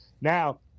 Now